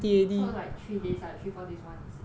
so like three days lah three four days one season